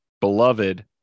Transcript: beloved